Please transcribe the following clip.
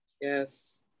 Yes